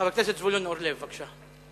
חבר הכנסת זבולון אורלב, בבקשה.